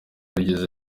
wigeze